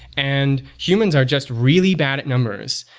and humans are just really bad at numbers.